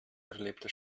erlebte